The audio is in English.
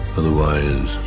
otherwise